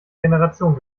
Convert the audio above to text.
generation